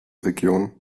region